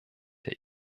der